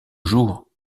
jours